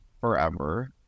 forever